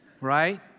right